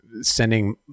sending